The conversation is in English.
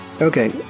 Okay